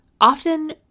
Often